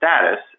status